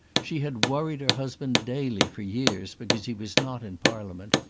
she had worried her husband daily for years because he was not in parliament,